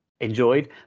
enjoyed